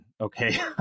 okay